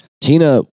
Tina